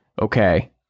okay